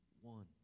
one